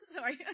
Sorry